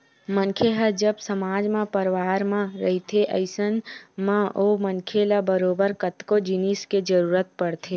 मनखे ह जब समाज म परवार म रहिथे अइसन म ओ मनखे ल बरोबर कतको जिनिस के जरुरत पड़थे